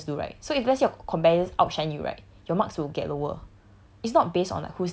badly your competitors do right so if let's your competitors outshine you right your marks will get lower